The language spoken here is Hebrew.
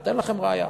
אני אתן לכם ראיה.